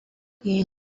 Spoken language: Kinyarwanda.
iyi